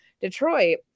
Detroit